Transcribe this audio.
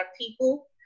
people